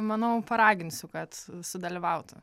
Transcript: manau paraginsiu kad sudalyvautų